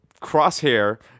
Crosshair